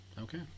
Okay